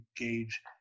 engage